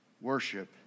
worship